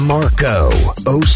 Marco